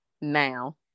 now